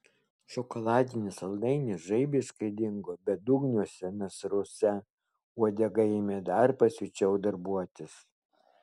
šokoladinis saldainis žaibiškai dingo bedugniuose nasruose uodega ėmė dar pasiučiau darbuotis